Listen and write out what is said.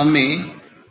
हमें